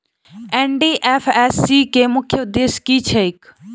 NDFSC केँ मुख्य उद्देश्य की छैक?